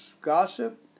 gossip